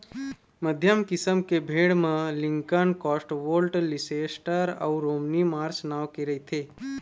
मध्यम किसम के भेड़ म लिंकन, कौस्टवोल्ड, लीसेस्टर अउ रोमनी मार्स नांव के रहिथे